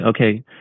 okay